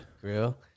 grill